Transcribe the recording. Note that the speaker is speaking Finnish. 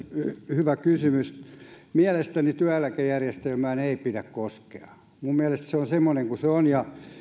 hyvä kysymys mielestäni työeläkejärjestelmään ei pidä koskea minun mielestäni se on semmoinen kuin se on ja